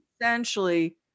essentially